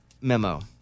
memo